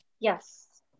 Yes